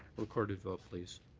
recorded vote, please.